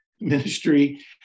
ministry